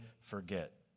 forget